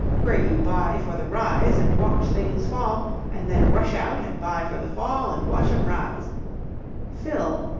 where you buy for the rise and watch things fall and then rush out and buy for the fall and watch em rise fill.